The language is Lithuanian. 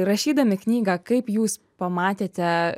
rašydami knygą kaip jūs pamatėte